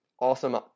awesome